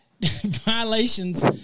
violations